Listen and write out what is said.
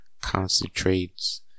concentrates